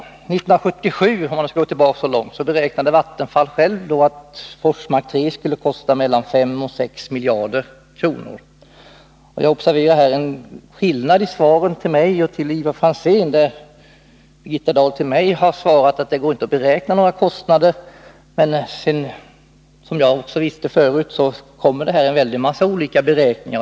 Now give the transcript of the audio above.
1977 — om vi skall gå så långt tillbaka i tiden — beräknade Vattenfall att Forsmark 3 skulle kosta 5-6 miljarder kronor. Jag observerar här en skillnad i svaret till mig och i svaret till Ivar Franzén — jag har tagit del av statsrådets skriftliga svar på min interpellation. Birgitta Dahl har beträffande min interpellation svarat att det inte går att beräkna kostnaderna. Men ändå — det visste jag redan — kommer det en hel mängd olika beräkningar.